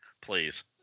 Please